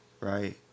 right